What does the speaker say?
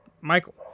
Michael